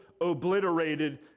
obliterated